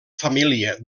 família